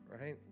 right